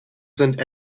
sind